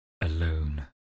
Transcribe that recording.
alone